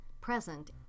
present